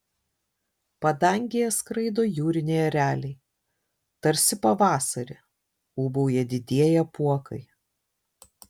padangėje skraido jūriniai ereliai tarsi pavasarį ūbauja didieji apuokai